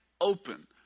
open